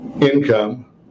income